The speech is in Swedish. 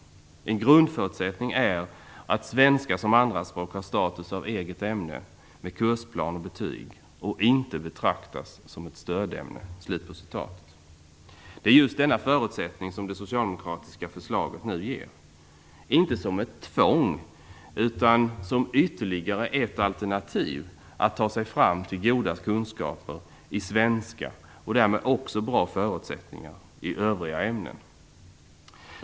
En grundförutsättning är att svenska som andraspråk har status som eget ämne, med kursplan och betyg och inte betraktas som ett stödämne." Det är just denna förutsättning som det socialdemokratiska förslaget nu ger, inte som ett tvång utan som ytterligare ett alternativ att ta sig fram till goda kunskaper i svenska och därmed också till bra förutsättningar i övriga ämnen.